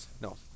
no